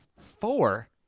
Four